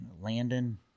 Landon